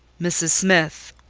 mrs. smith,